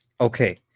Okay